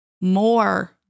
more